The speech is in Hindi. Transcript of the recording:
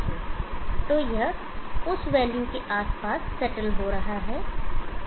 तो यह उस वैल्यू के आसपास सेटल हो रहा है